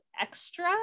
extra